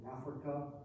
Africa